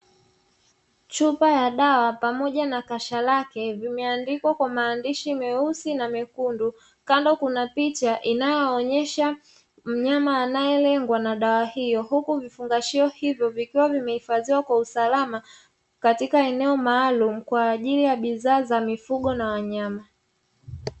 Chupa ya dawa pamoja na kasha lake vimeandikwa kwa maandishi meusi na mekundu, kando kuna picha inayoonyesha mnyama anayelengwa na dawa hiyo huku vifungashio hivyo vikiwa vimehifadhiwa kwa usalama katika eneo maalumu kwa ajili ya bidhaa za mifugo na wanyama.